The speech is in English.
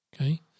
okay